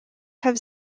have